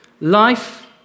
Life